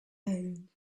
home